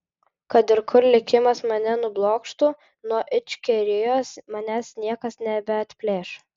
kad ir kur likimas mane nublokštų nuo ičkerijos manęs niekas nebeatplėš